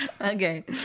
Okay